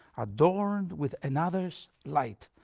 adorned with another's light,